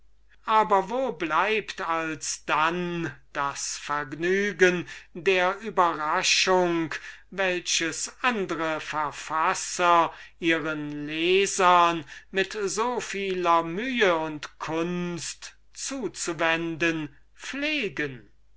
aber wo bleibt alsdann das vergnügen der überraschung welches andre autoren ihren lesern mit so vieler mühe und kunst zu zuwenden pflegen